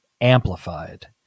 amplified